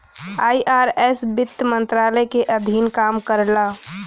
IRS वित्त मंत्रालय के अधीन काम करला